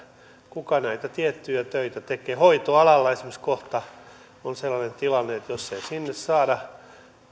kuka näitä tiettyjä töitä tekee hoitoalalla esimerkiksi kohta on sellainen tilanne että jos ei sinne saada